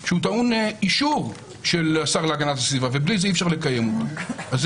הוא טעון אישור של השר להגנת הסביבה ובלי זה אי אפשר לקיים אותה.